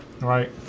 Right